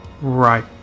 Right